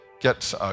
get